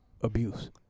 abuse